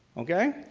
okay?